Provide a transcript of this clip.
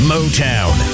Motown